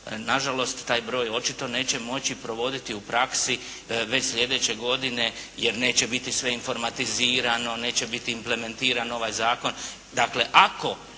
nažalost, taj broj očito neće moći provoditi praksi već sljedeće godine, jer neće biti sve informatizirano, neće biti implementiran ovaj zakon.